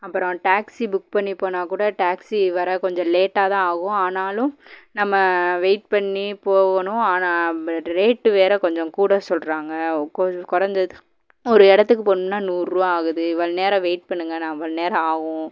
அப்புறம் taxi book பண்ணி போனால் கூட டேக்ஸி வர கொஞ்சம் லேட்டாக தான் ஆகும் ஆனாலும் நம்ம வெயிட் பண்ணி போகணும் ஆனால் ரேட்டு வேற கொஞ்சம் கூட சொல்கிறாங்க குற குறஞ்சது ஒரு இடத்துக்கு போனோம்னால் நூறுவா ஆகுது இவ்வளோ நேரம் வெயிட் பண்ணுங்கள் நான் இவ்வளோ நேரம் ஆகும்